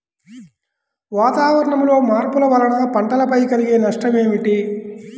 వాతావరణంలో మార్పుల వలన పంటలపై కలిగే నష్టం ఏమిటీ?